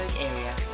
area